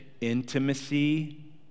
intimacy